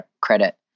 credit